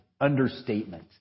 understatement